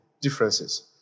differences